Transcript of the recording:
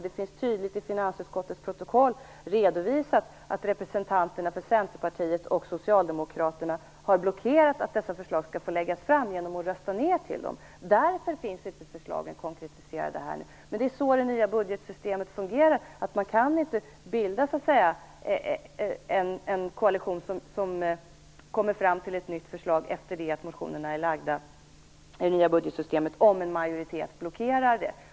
Det finns tydligt redovisat i finansutskottets protokoll att representanterna för Centerpartiet och Socialdemokraterna har blockerat att dessa förslag skall få läggas fram genom att rösta ned dem. Därför finns inte förslagen konkretiserade här nu. Det är så det nya budgetsystemet fungerar. Man kan inte bilda en koalition som kommer fram till ett nytt förslag efter det att motionerna är framlagda, om en majoritet blockerar det.